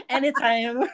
Anytime